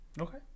okay